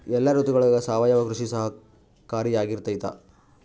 ಎಲ್ಲ ಋತುಗಳಗ ಸಾವಯವ ಕೃಷಿ ಸಹಕಾರಿಯಾಗಿರ್ತೈತಾ?